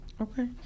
Okay